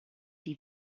die